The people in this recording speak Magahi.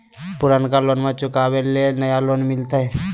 पुर्नका लोनमा चुकाबे ले नया लोन मिलते?